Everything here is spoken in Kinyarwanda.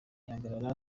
ihagarara